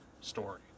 story